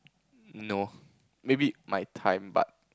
no maybe my time but